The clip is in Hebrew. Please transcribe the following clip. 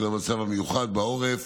בשל המצב המיוחד בעורף